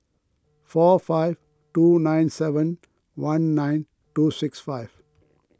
four five two nine seven one nine two six five